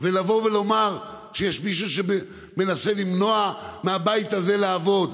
ולבוא ולומר שיש מישהו שמנסה למנוע מהבית הזה לעבוד.